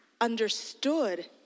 understood